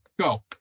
go